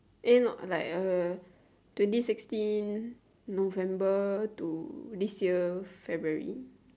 eh no like a twenty sixteen november to this year february